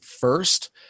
first